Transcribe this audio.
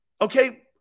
Okay